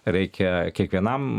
reikia kiekvienam